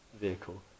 vehicle